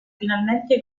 finalmente